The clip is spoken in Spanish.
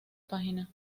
página